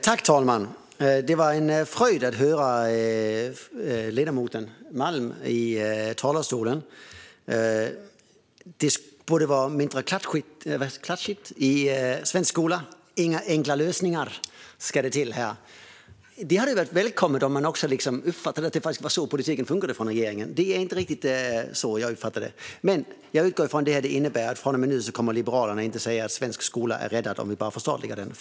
Herr talman! Det var en fröjd att höra ledamoten Malm i talarstolen. Det borde vara mindre klatschigt i svensk skola. Det finns inga enkla lösningar. Det hade varit välkommet om man uppfattade att det är så regeringens politik funkar. Det är inte riktigt så jag uppfattar det. Men jag utgår från att det här innebär Liberalerna från och med nu inte kommer att säga att svensk skola är räddad om vi bara förstatligar den.